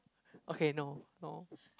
okay no no